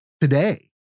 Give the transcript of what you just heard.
today